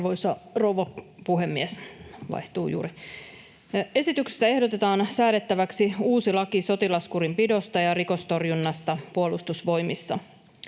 Arvoisa rouva puhemies! — Vaihtui juuri. — Esityksessä ehdotetaan säädettäväksi uusi laki sotilaskurinpidosta ja rikostorjunnasta Puolustusvoimissa.